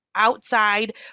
outside